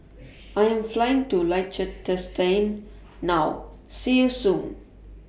I Am Flying to Liechtenstein now See YOU Soon